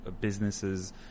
businesses